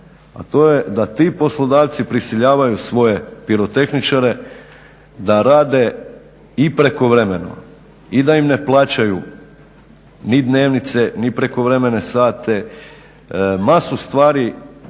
a to je da ti poslodavci prisiljavaju svoje pirotehničare da rade i prekovremeno i da im ne plaćaju ni dnevnice ni prekovremene sate, masu stvari